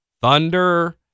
Thunder